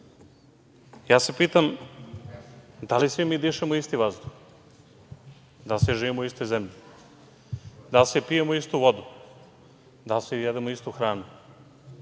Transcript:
se da li svi mi dišemo isti vazduh? Da li svi živimo u istoj zemlji? Da li svi pijemo istu vodu? Da li svi jedemo istu hranu?